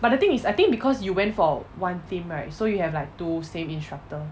but the thing is I think because you went for one theme right so you have like two same instructor